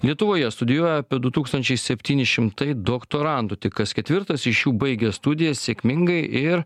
lietuvoje studijuoja apie du tūkstančiai septyni šimtai doktorantų tik kas ketvirtas iš jų baigia studijas sėkmingai ir